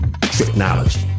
technology